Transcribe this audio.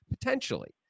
potentially